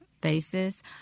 basis